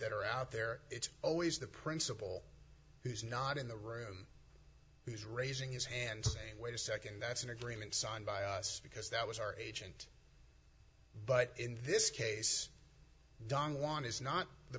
that are out there it's always the principle who's not in the room who's raising his hand saying wait a second that's an agreement signed by us because that was our agent but in this case don juan is not the